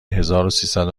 هزاروسیصد